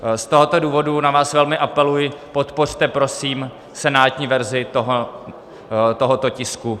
Z tohoto důvodu na vás velmi apeluji, podpořte prosím senátní verzi tohoto tisku.